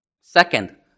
Second